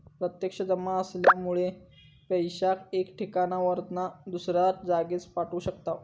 प्रत्यक्ष जमा असल्यामुळे पैशाक एका ठिकाणावरना दुसऱ्या जागेर पाठवू शकताव